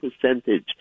percentage